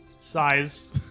Size